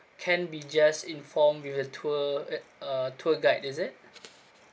can be just informed with a tour a uh tour guide is it